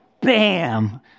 bam